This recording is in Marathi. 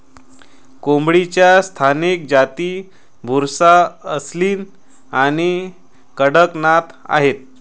कोंबडीच्या स्थानिक जाती बुसरा, असील आणि कडकनाथ आहेत